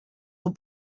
will